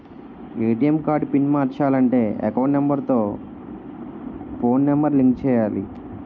ATM card pin మార్చాలంటే account number తో phone number link చేయాలి